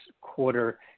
quarter